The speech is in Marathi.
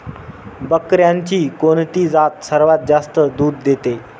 बकऱ्यांची कोणती जात सर्वात जास्त दूध देते?